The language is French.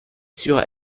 sur